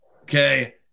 okay